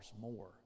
more